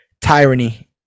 tyranny